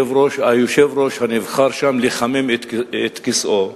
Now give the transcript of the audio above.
היושב-ראש הנבחר שם לחמם את כיסאו,